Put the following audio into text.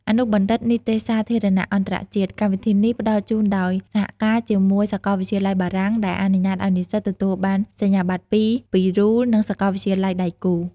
អនុបណ្ឌិតនីតិសាធារណៈអន្តរជាតិ កម្មវិធីនេះផ្តល់ជូនដោយសហការជាមួយសាកលវិទ្យាល័យបារាំង ដែលអនុញ្ញាតឱ្យនិស្សិតទទួលបានសញ្ញាបត្រពីរ ពីRULE និងសាកលវិទ្យាល័យដៃគូ។